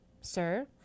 sir